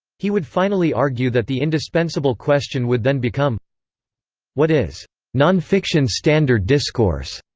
he would finally argue that the indispensable question would then become what is nonfiction standard discourse,